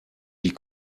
die